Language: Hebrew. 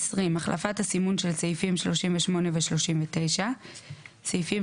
החלפת הסימון של סעיפים 38 ו-39 20. סעיפים